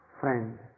friend